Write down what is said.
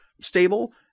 stable